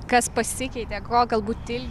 kas pasikeitė ko galbūt il